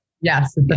Yes